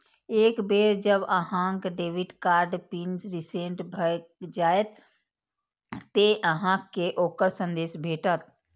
एक बेर जब अहांक डेबिट कार्ड पिन रीसेट भए जाएत, ते अहांक कें ओकर संदेश भेटत